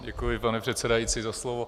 Děkuji, pane předsedající, za slovo.